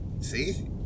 See